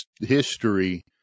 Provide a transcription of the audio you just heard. history